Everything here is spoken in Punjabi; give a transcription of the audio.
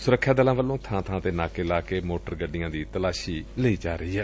ਸੁਰਖਿਆ ਦਲਾਂ ਵੱਲੋਂ ਬਾਂ ਬਾਂ ਨਾਕੇ ਲਗਾ ਕੇ ਮੋਟਰ ਗੱਡੀਆਂ ਦੀ ਤਲਾਸ਼ੀ ਵੀ ਲਈ ਜਾ ਰਹੀ ਏ